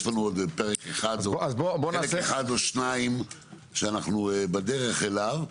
יש לנו עוד פרק אחד או שניים שאנחנו בדרך אליו.